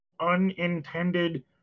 unintended